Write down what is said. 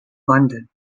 london